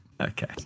Okay